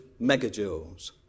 megajoules